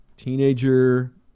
teenager